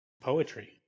poetry